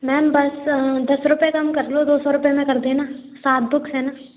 ma'am बस दस रुपये कम कर लो दो सौ रुपये में कर देना सात बुक्स है ना